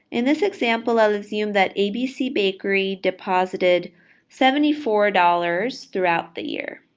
in this example, i'll assume that abc bakery deposited seventy four dollars throughout the year.